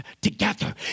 together